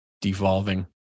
Devolving